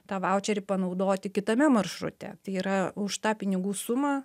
tą vaučerį panaudoti kitame maršrute tai yra už tą pinigų sumą